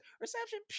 reception